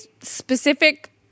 specific